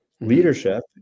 Leadership